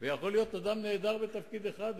ויכול להיות שאדם נהדר בתפקיד אחד,